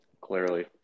Clearly